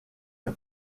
der